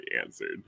answered